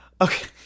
Okay